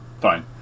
Fine